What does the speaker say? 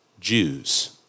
Jews